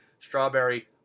strawberry